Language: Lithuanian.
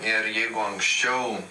ir jeigu anksčiau